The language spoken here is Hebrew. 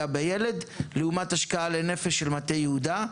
בילד לעומת השקעה לנפש של מטה יהודה?